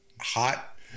hot